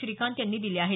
श्रीकांत यांनी दिले आहेत